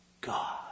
God